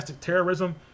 terrorism